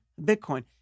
Bitcoin